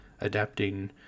adapting